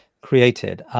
created